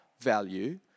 value